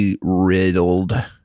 riddled